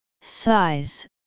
Size